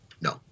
No